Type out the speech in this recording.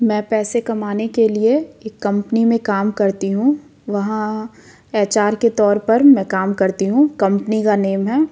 मैं पैसे कमाने के लिए एक कंपनी में काम करती हूँ वहाँ एच आर के तौर पर मैं काम करती हूँ कंपनी का नेम है